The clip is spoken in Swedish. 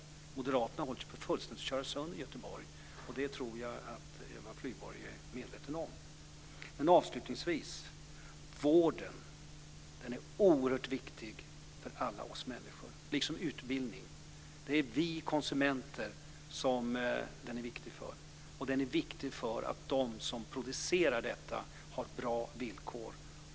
Moderaterna höll på att fullständigt köra sönder Göteborg. Det tror jag att Eva Flyborg är medveten om. Avslutningsvis vill jag säga att vården liksom utbildning är oerhört viktig för alla oss människor. Den är viktig för oss konsumenter. Och det är viktigt att de som producerar detta har bra villkor.